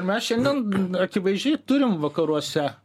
mes šiandien akivaizdžiai turim vakaruose